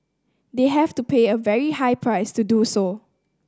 they have to pay a very high price to do so